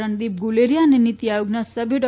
રણદીપ ગુલેરિયા અને નીતી આયોગના સભ્ય ડો